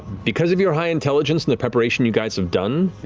because of your high intelligence and the preparation you guys have done,